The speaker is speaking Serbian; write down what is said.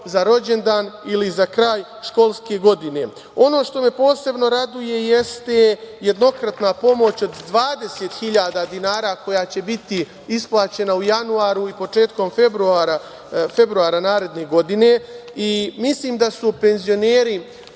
za rođendan ili za kraj školske godine. Ono što me posebno raduje jeste jednokratna pomoć od 20.000 dinara koja će biti isplaćena u januaru i početkom februara naredne godine. Mislim da su penzioneri